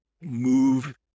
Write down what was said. move